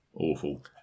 awful